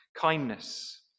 Kindness